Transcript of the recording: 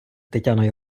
тетяно